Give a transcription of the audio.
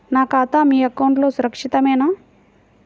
నా ఖాతా మీ బ్యాంక్లో సురక్షితమేనా?